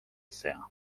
sea